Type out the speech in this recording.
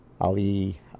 Ali